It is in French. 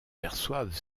perçoivent